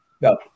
No